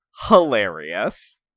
hilarious